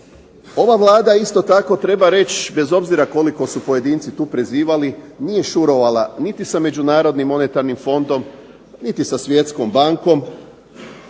Ova Vlada isto tako treba reći bez obzira koliko su pojedinci tu prezivali nije šurovala niti sa Međunarodnim monetarnim fondom, niti sa Svjetskom bankom,